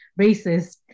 racist